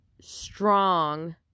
strong